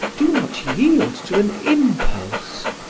do not yield to an impulse.